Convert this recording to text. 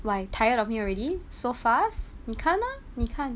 why tired of me already so fast 你看 ah 你看